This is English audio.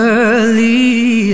early